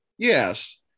Yes